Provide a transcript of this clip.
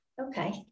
Okay